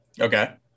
Okay